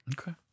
Okay